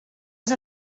els